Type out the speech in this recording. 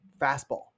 fastball